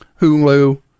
Hulu